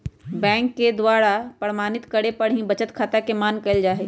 bank के द्वारा प्रमाणित करे पर ही बचत खाता के मान्य कईल जाहई